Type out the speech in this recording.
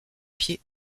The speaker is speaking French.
pieds